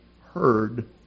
heard